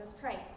Christ